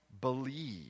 Believe